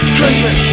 Christmas